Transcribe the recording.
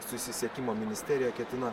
susisiekimo ministerija ketina